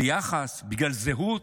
ביחס, בגלל זהות,